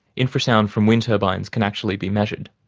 infrasound from wind turbines can actually be measured.